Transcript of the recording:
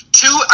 two